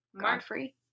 Godfrey